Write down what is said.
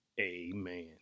amen